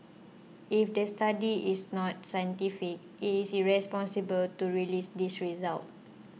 if the study is not scientific it is irresponsible to release these results